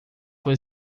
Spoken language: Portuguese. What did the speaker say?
foi